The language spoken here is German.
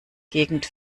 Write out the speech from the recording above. gegend